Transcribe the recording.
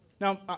Now